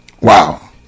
Wow